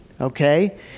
okay